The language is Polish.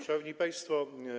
Szanowni Państwo!